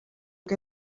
que